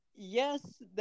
Yes